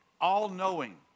all-knowing